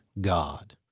God